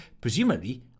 presumably